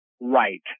right